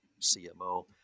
CMO